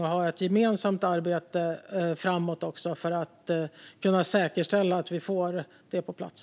Vi har ett gemensamt arbete framöver för att kunna säkerställa att vi får detta på plats.